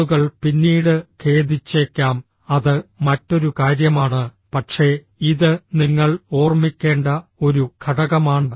ആളുകൾ പിന്നീട് ഖേദിച്ചേക്കാം അത് മറ്റൊരു കാര്യമാണ് പക്ഷേ ഇത് നിങ്ങൾ ഓർമ്മിക്കേണ്ട ഒരു ഘടകമാണ്